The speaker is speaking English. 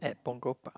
at Punggol Park